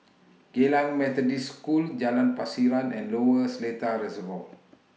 Geylang Methodist School Jalan Pasiran and Lower Seletar Reservoir